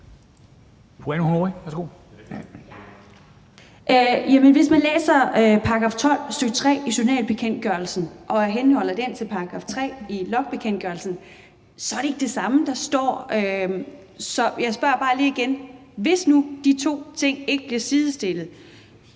hvis man læser § 12, stk. 3, i journalbekendtgørelsen og henholder den til § 3 i logbekendtgørelsen, så er det ikke det samme, der står. Så jeg spørger bare lige igen: Hvis nu de to ting ikke bliver sidestillet,